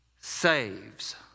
saves